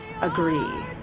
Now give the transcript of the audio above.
agree